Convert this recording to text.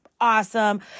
awesome